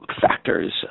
factors